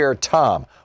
Tom